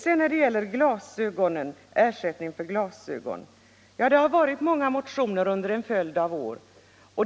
Sedan när det gäller ersättning för glasögon så har det väckts många motioner i denna fråga under en följd av år.